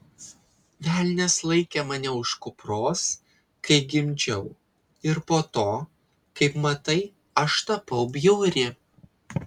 velnias laikė mane už kupros kai gimdžiau ir po to kaip matai aš tapau bjauri